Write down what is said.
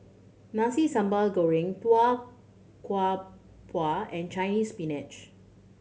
Nasi Sambal Goreng Tau Kwa Pau and Chinese Spinach